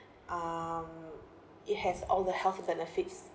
um it has all the health benefits